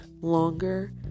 longer